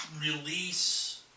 release